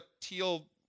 teal